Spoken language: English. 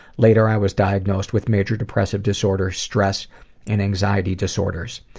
later, i was diagnosed with major depressive disorder, stress and anxiety disorders.